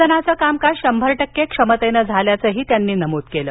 सदनाचं कामकाज शंभर टक्के क्षमतेनं झाल्याचंही त्यांनी नमूद केलं